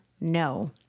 no